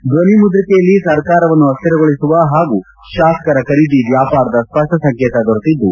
ಧ್ವನಿಮುದ್ರಿಕೆಯಲ್ಲಿ ಸರ್ಕಾರವನ್ನು ಅಶ್ಕಿರಗೊಳಿಸುವ ಹಾಗೂ ಶಾಸಕರ ಖರೀದಿ ವ್ಯಾಪಾರದ ಸ್ಪಷ್ಟ ಸಂಕೇತ ದೊರೆತಿದ್ದು